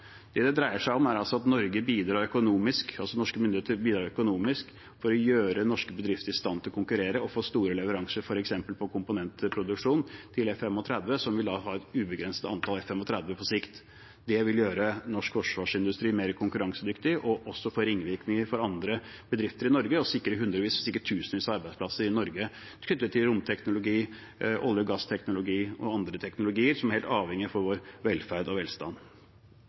Det dreier seg altså om at norske myndigheter bidrar økonomisk for å gjøre norske bedrifter i stand til å konkurrere og få store leveranser på f.eks. komponentproduksjon til F-35, et ubegrenset antall F-35 på sikt. Det vil gjøre norsk forsvarsindustri mer konkurransedyktig, få ringvirkninger for andre bedrifter i Norge og sikre hundrevis, om ikke tusenvis, av arbeidsplasser i Norge knyttet til romteknologi, olje- og gassteknologi og andre teknologier som vi er helt avhengige av for vår velferd og velstand.